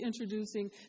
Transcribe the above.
introducing